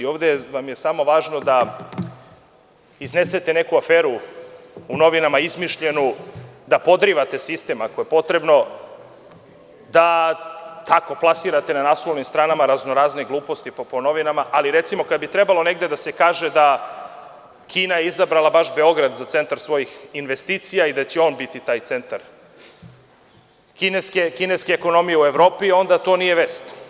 Ovde vam je samo važno da iznesete neku aferu u novinama, izmišljenu, da podrivate sistem, ako je potrebno, da tako plasirate na naslovnim stranama razno razne gluposti, ali kada bi trebalo da se kaže da je Kina izabrala baš Beograd za centar svojih investicija i da će on biti taj centar kineske ekonomije u Evropi, to onda nije vest.